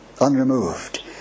unremoved